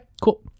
cool